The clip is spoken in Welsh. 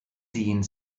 dyn